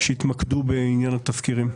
שיתמקדו בעניין התזכירים.